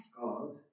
God